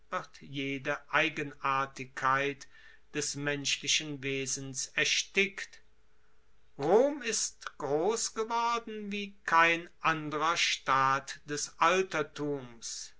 wird jede eigenartigkeit des menschlichen wesens erstickt rom ist gross geworden wie kein anderer staat des altertums